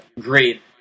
great